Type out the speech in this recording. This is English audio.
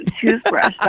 toothbrush